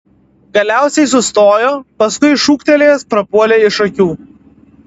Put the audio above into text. galiausiai sustojo paskui šūktelėjęs prapuolė iš akių